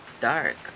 dark